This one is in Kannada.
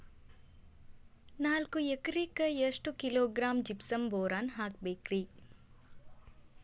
ನಾಲ್ಕು ಎಕರೆಕ್ಕ ಎಷ್ಟು ಕಿಲೋಗ್ರಾಂ ಜಿಪ್ಸಮ್ ಬೋರಾನ್ ಹಾಕಬೇಕು ರಿ?